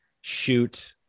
shoot